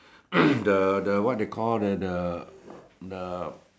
the the what they call the the the